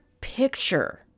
picture